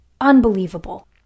Unbelievable